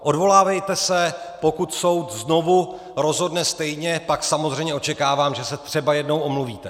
Odvolávejte se, a pokud soud znovu rozhodne stejně, pak samozřejmě očekávám, že se třeba jednou omluvíte.